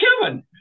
Kevin